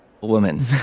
woman